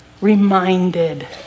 reminded